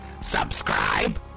subscribe